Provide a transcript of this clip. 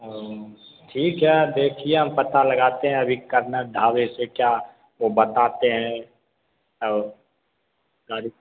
और वह ठीक है अब देखिए हम पता लगाते हैं अभी करना ढाबे से क्या वह बताते है और गाड़ी